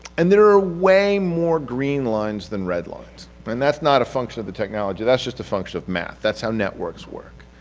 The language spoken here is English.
and there are way more green lines than red lines. but and that's not a function of the technology, that's just a function of math. that's how networks work,